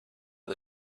the